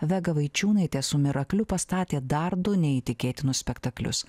vega vaičiūnaitė su mirakliu pastatė dar du neįtikėtinus spektaklius